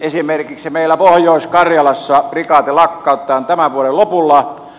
esimerkiksi meillä pohjois karjalassa prikaati lakkautetaan tämän vuoden lopulla